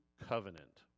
covenant